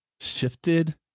shifted